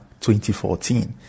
2014